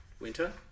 Winter